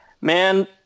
Man